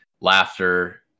laughter